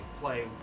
play